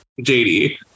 jd